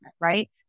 right